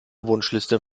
wunschliste